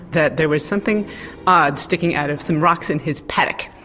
that there was something odd sticking out of some rocks in his paddock.